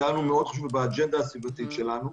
היה מאוד חשוב באג'נדה הסביבתית שלנו.